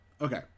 Okay